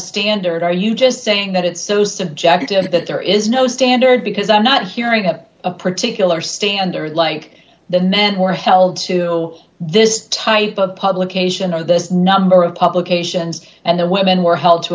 standard are you just saying that it's so subjective that there is no standard because i'm not hearing a particular standard like the men who are held to this type of publication or this number of publications and the women were held to